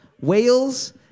whales